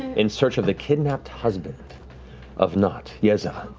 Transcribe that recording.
in search of the kidnapped husband of nott yeza.